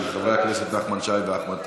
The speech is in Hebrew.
של חברי הכנסת נחמן שי ואחמד טיבי.